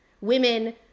women